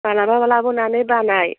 माब्लाबा लाबोनानै बानाय